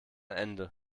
ende